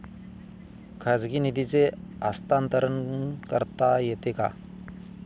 खाजगी निधीचे हस्तांतरण करता येते का?